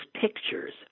pictures